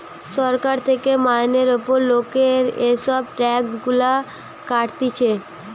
সরকার থেকে মাইনের উপর লোকের এসব ট্যাক্স গুলা কাটতিছে